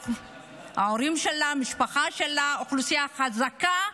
ההורים שלה, המשפחה שלה, היו מאוכלוסייה חזקה,